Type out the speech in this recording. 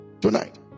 Tonight